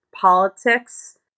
politics